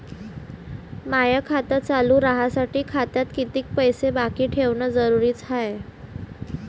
माय खातं चालू राहासाठी खात्यात कितीक पैसे बाकी ठेवणं जरुरीच हाय?